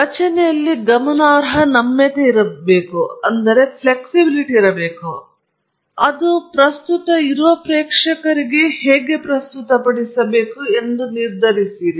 ರಚನೆಯಲ್ಲಿ ಗಮನಾರ್ಹ ನಮ್ಯತೆ ಇರುತ್ತದೆ ಏಕೆಂದರೆ ಅದು ಪ್ರಸ್ತುತ ಇರುವ ಪ್ರೇಕ್ಷಕರನ್ನು ನೀವು ಹೇಗೆ ಪ್ರಸ್ತುತಪಡಿಸಬೇಕು ಎಂದು ನಿರ್ಧರಿಸುತ್ತೀರಿ